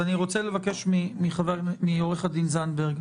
אני רוצה לבקש מעו"ד זנדברג